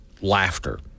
laughter